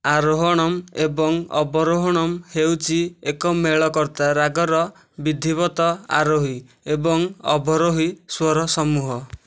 ଆରୋହଣମ୍ ଏବଂ ଅବରୋହଣମ୍ ହେଉଛି ଏକ ମେଳକର୍ତ୍ତା ରାଗର ବିଧିବଦ୍ଧ ଆରୋହୀ ଏବଂ ଅବରୋହୀ ସ୍ୱର ସମୂହ